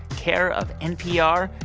care of npr,